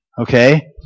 Okay